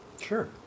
Sure